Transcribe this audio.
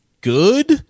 good